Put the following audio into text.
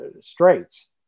straits